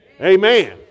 Amen